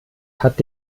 hat